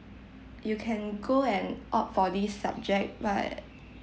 you can go and opt for this subject but